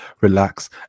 relax